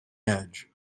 edge